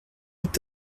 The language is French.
est